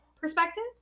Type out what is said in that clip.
perspective